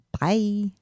bye